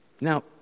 Now